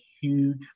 huge